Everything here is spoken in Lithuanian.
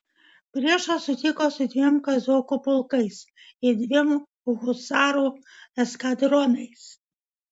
priešą sutiko su dviem kazokų pulkais ir dviem husarų eskadronais